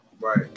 Right